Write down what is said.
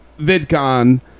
VidCon